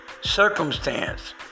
circumstance